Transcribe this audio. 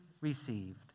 received